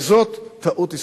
וזאת טעות אסטרטגית.